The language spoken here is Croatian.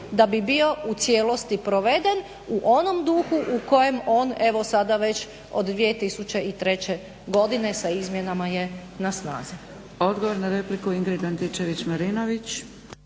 da bi bio u cijelosti proveden u onom duhu u kojem on evo sada već od 2003. godine sa izmjenama je na snazi.